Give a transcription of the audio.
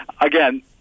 Again